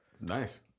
Nice